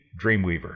Dreamweaver